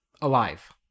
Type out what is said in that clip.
alive